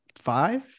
five